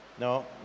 No